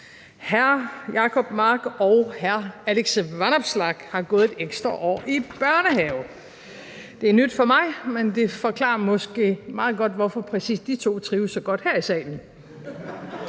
Hr. Jacob Mark og hr. Alex Vanopslagh har gået et ekstra år i børnehave. Det er nyt for mig, men det forklarer måske meget godt, hvorfor præcis de to trives så godt her i salen.